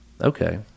Okay